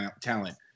talent